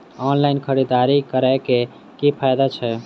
Online खरीददारी करै केँ की फायदा छै?